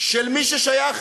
של מי ששייך,